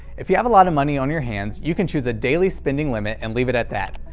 if you have a lot of money on your hands, you can choose a daily spending limit and leave it at that,